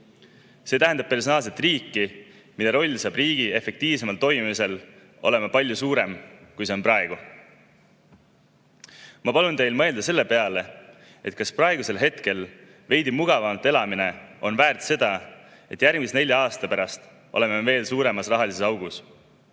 See tähendab personaalset riiki, mille roll saab riigi efektiivsemal toimimisel olema palju suurem, kui see on praegu. Ma palun teil mõelda selle peale, kas praegusel hetkel veidi mugavamalt elamine on väärt seda, et järgmise nelja aasta pärast oleme me veel suuremas rahalises augus.